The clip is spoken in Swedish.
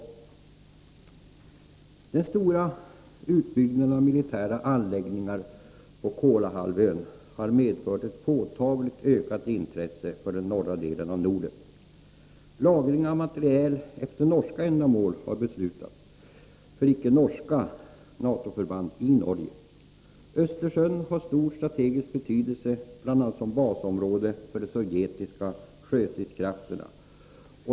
Den stora utbyggnaden av militära anläggningar på Kolahalvön har medfört ett påtagligt ökat intresse för den norra delen av Norden. Lagring av materiel har efter norska önskemål beslutats för icke norska NATO-förband i Norge. Östersjön har stor strategisk betydelse, bl.a. som basområde för de sovjetiska sjöstridskrafterna.